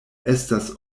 estas